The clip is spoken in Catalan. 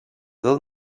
del